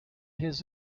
his